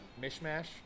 Mishmash